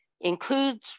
includes